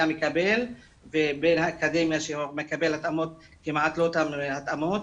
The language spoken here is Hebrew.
מקבל בתיכון ובין האקדמיה שהוא לא מקבל את אותן התאמות,